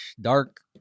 Dark